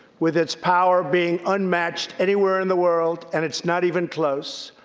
with its power being unmatched anywhere in the world, and it's not even close.